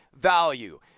value